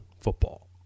football